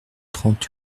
trente